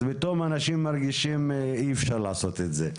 אז פתאום אנשים מרגישים שאי אפשר לעשות את זה.